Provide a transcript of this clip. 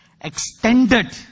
extended